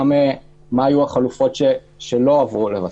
גם מה היו החלופות שלא עברו לבסוף,